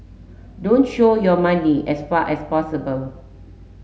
don't show your money as far as possible